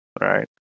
right